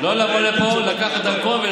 לא נבוא לפה לקחת דרכון,